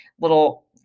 little